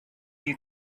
you